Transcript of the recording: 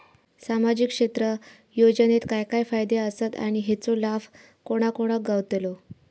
सामजिक क्षेत्र योजनेत काय काय फायदे आसत आणि हेचो लाभ कोणा कोणाक गावतलो?